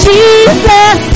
Jesus